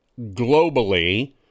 globally